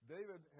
David